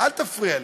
אל תפריע לי.